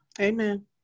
Amen